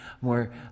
more